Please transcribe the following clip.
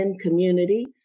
community